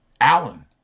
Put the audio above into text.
Allen